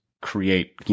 create